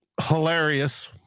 hilarious